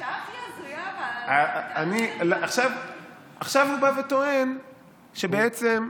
בשעה הכי הזויה, עכשיו הוא בא וטוען שבעצם,